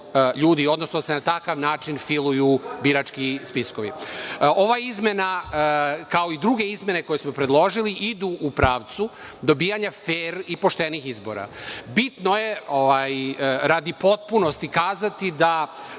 odnosno da se na takav način filuju birački spiskovi. Ova izmena, kao i druge izmene koje smo predložili, idu u pravcu dobijanja fer i poštenih izbora. Bitno je radi potpunosti, kazati da